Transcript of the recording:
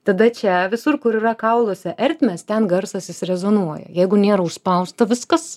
tada čia visur kur yra kauluose ertmės ten garsas jis rezonuoja jeigu nėra užspausta viskas